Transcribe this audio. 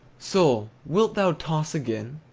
soul, wilt thou toss again?